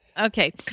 Okay